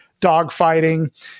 dogfighting